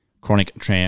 chronic